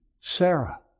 Sarah